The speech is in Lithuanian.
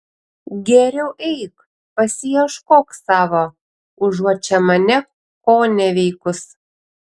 geriau eik pasiieškok savo užuot čia mane koneveikus